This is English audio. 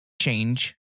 change